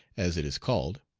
as it is called.